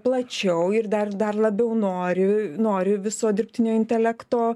plačiau ir dar dar labiau noriu nori viso dirbtinio intelekto